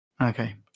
Okay